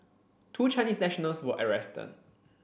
two Chinese nationals were arrested